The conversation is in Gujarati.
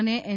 અને એન